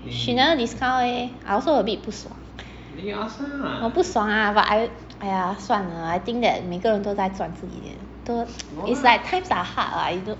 she never discount leh I also a bit 不爽我不爽啊 but !aiya! 算了 I think that 每个人都在赚钱 it's like times are hard [what]